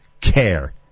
care